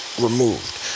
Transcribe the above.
removed